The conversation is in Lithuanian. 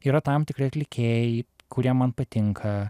yra tam tikri atlikėjai kurie man patinka